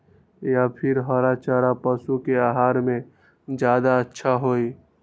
या फिर हरा चारा पशु के आहार में ज्यादा अच्छा होई?